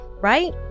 Right